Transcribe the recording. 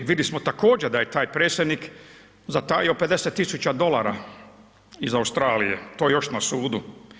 Vidli smo također da je taj predsjednik zatajio 50.000 dolara iz Australije, to je još na sudu.